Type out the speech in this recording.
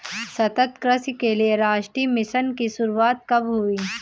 सतत कृषि के लिए राष्ट्रीय मिशन की शुरुआत कब हुई?